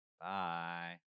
Bye